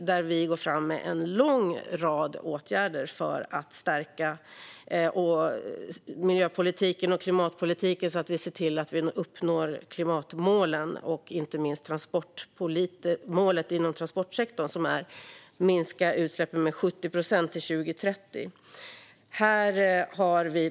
Där går vi fram med en lång rad åtgärder för att stärka miljöpolitiken och klimatpolitiken för att se till att vi uppnår klimatmålen och inte minst målet inom transportsektorn, som är att utsläppen ska minska med 70 procent till 2030.